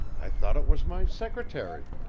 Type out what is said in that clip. i thought it was my secretary.